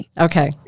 okay